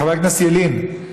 חבר הכנסת ילין,